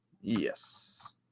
Yes